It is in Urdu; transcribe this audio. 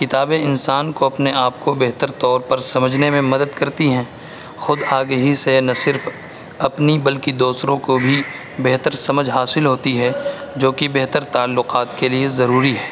کتابیں انسان کو اپنے آپ کو بہتر طور پر سمجھنے میں مدد کرتی ہیں خود آگہی سے نہ صرف اپنی بلکہ دوسروں کو بھی بہتر سمجھ حاصل ہوتی ہے جوکہ بہتر تعلقات کے لیے ضروری ہے